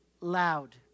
loud